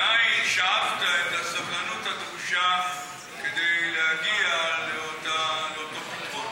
מאין שאבת את הסבלנות הדרושה כדי להגיע לאותו פתרון?